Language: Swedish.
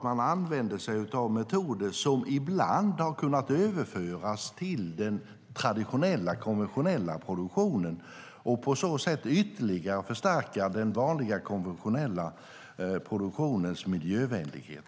Man använder sig av metoder som ibland kunnat överföras till den traditionella, konventionella produktionen och på så sätt ytterligare förstärkt den konventionella produktionens miljövänlighet.